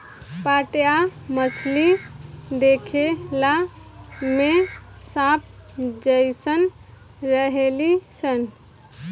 पाटया मछली देखला में सांप जेइसन रहेली सन